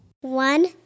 One